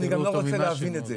אני גם לא רוצה להבין את זה.